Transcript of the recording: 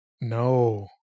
No